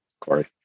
Corey